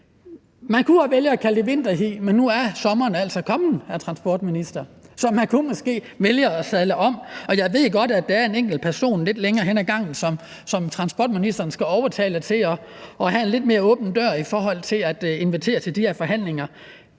Man kunne også vælge at kalde det et vinterhi, men nu er sommeren altså kommet, hr. transportminister, så man kunne måske vælge at sadle om, og jeg ved godt, at der er en enkelt person lidt længere henne ad gangen, som transportministeren skal overtale til at have en lidt mere åben dør i forhold til at invitere til de her forhandlinger.